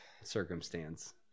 circumstance